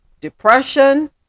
depression